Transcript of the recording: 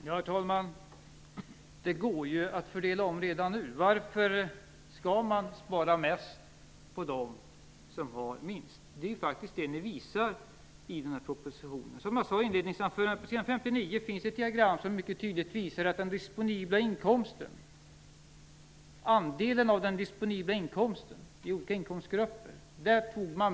Herr talman! Det går ju att fördela om redan nu. Varför skall man spara mest på dem som har minst? Det är ju faktiskt det ni visar i den här propositionen. Som jag sade i inledningsanförandet: På s. 59 finns ett diagram som mycket tydligt visar andelen av den disponibla inkomsten i olika inkomstgrupper.